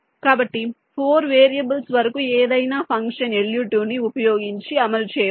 కాబట్టి 4 వేరియబుల్స్ వరకు ఏదైనా ఫంక్షన్ LUT ను ఉపయోగించి అమలు చేయవచ్చు